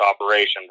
operation